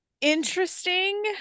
interesting